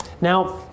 Now